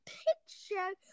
picture